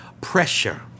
pressure